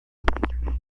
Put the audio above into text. estuvo